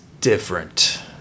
different